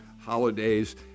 holidays